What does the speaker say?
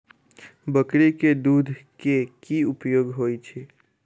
बकरी केँ दुध केँ की उपयोग होइ छै?